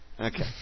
Okay